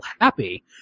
happy